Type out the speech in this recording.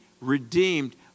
redeemed